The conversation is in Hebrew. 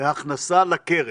הכנסה לקרן,